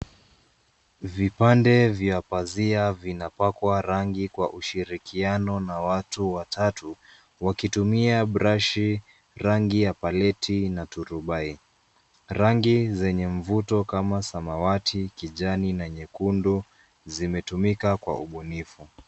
Vipande vya pazia vinapakwa rangi kwa ushirikiano na watu watatu wakitumia brashi, rangi ya paleti na turubai. Rangi zenye mvuto kama samawati kijani na nyekundu zimetumika kwa ubunifu.